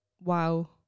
wow